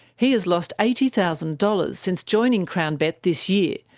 he has lost eighty thousand dollars since joining crownbet this year,